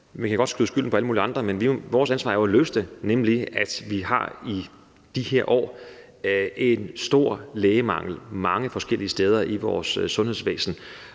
Man kan godt skyde skylden på alle mulige andre, men vores ansvar er jo at løse det problem, nemlig at vi i de her år har en stor lægemangel mange forskellige steder i vores sundhedsvæsen.